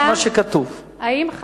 היושב-ראש,